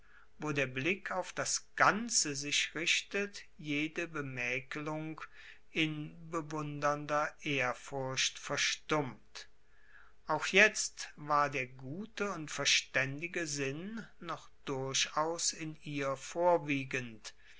wo der blick auf das ganze sich richtet jede bemaekelung in bewundernder ehrfurcht verstummt auch jetzt war der gute und verstaendige sinn noch durchaus in ihr vorwiegend